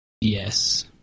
Yes